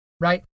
Right